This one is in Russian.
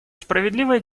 справедливое